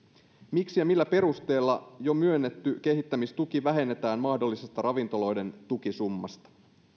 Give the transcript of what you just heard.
miksi ja millä perusteella jo myönnetty kehittämistuki vähennetään mahdollisesta ravintoloiden tukisummasta